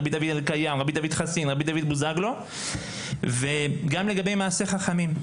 רבי דוד אלקיים; רבי דוד בן חסין; רבי דוד בוזגלו וגם לגבי מעשי חכמים.